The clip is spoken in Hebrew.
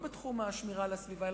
לא בתחום השמירה על הסביבה,